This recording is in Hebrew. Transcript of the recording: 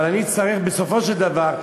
אבל אני אצטרך בסופו של דבר,